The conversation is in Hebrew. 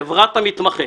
חברת "המתמחה",